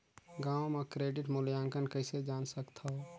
गांव म क्रेडिट मूल्यांकन कइसे जान सकथव?